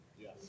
Yes